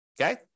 okay